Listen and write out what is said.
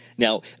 Now